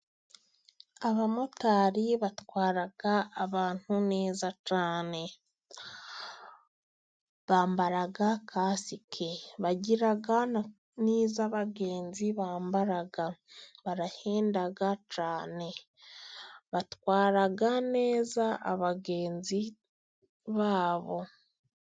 Abamotari batwara abantu neza cyane. Bambara kasike, bagira n'iz abagenzi bambara. Barahenda cyane, batwara neza abagenzi babo.